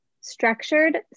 structured